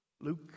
Luke